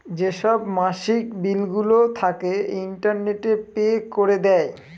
যেসব মাসিক বিলগুলো থাকে, ইন্টারনেটে পে করে দেয়